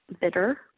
bitter